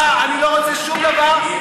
ממך אני לא רוצה שום דבר.